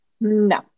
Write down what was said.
No